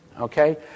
okay